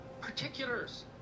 particulars